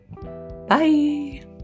Bye